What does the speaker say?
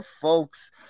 folks